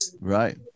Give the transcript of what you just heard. right